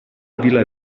vila